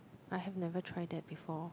I have never try that before